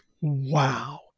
wow